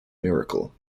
miracle